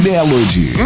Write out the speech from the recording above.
Melody